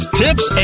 tips